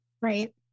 Right